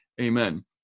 Amen